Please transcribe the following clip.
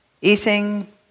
eating